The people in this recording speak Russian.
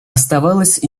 оставалась